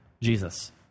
Jesus